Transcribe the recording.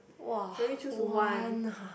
!wah! one ah